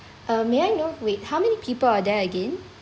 um may I know with how many people are there again